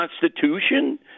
Constitution